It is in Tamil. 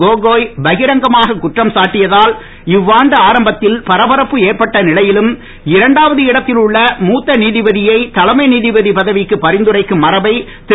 கோகோய் பகிரங்கமாக குற்றம்சாட்டியதால் இவ்வாண்டு ஆரம்பத்தில் பரபரப்பு ஏற்பட்ட நிலையிலும் இரண்டாவது இடத்தில் உள்ள மூத்த நீதிபதியை தலைமை நீதிபதி பதவிக்கு பரிந்துரைக்கும் மரபை திரு